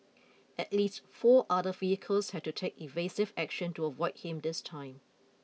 at least four other vehicles had to take evasive action to avoid him this time